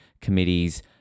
Committee's